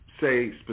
say